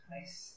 Nice